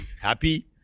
happy